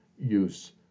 use